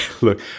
look